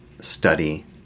study